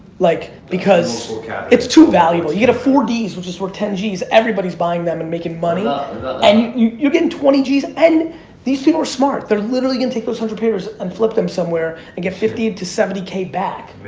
like because it's too valuable. you get a four d's which is worth ten g's everybody's buying them and making money ah and you you get twenty g's and these people are smart. they're literally gonna take those one hundred pairs and flip them somewhere and get fifty to seventy k back.